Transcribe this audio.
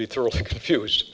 be thoroughly confused